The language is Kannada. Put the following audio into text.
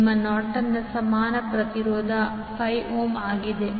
ನಿಮ್ಮ ನಾರ್ಟನ್ನ ಸಮಾನ ಪ್ರತಿರೋಧ 5 ಓಮ್ ಆಗಿದೆ